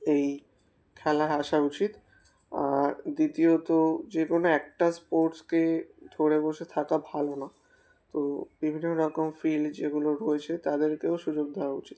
এই খেলায় আসা উচিত আর দ্বিতীয়ত যে কোনো একটা স্পোর্টসকে ধরে বসে থাকা ভালো না তো বিভিন্ন রকম ফিল্ড যেগুলো রয়েছে তাদেরকেও সুযোগ দেওয়া উচিত